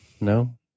no